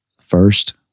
first